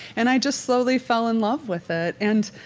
and i just slowly fell in love with it and,